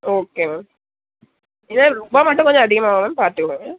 okay ma'am இதே ரூபாய் மட்டும் கொஞ்சம் அதிகமாகவும் மேம் பார்த்துகொங்க ம்